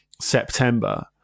September